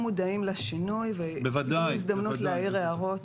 כולם מודעים לשינוי וקיבלו הזדמנות להעיר הערות?